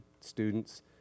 students